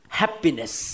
happiness